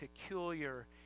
peculiar